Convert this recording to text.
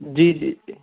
जी जी जी